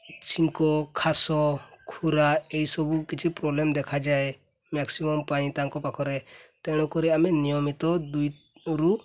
ଛିଙ୍କ ଖାସ ଖୁରା ଏଇସବୁ କିଛି ପ୍ରୋବ୍ଲେମ୍ ଦେଖାଯାଏ ମ୍ୟାକ୍ସିମମ୍ ପାଇଁ ତାଙ୍କ ପାଖରେ ତେଣୁକରି ଆମେ ନିୟମିତ ଦୁଇରୁ